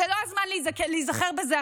זה לא הזמן להיזכר בזה,